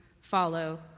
follow